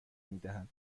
میدهد